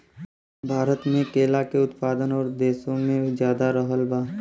भारत मे केला के उत्पादन और देशो से ज्यादा रहल बा